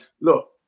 look